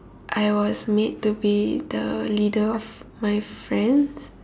I was made to be the leader of my friends